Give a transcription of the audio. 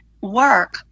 Work